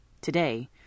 Today